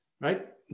right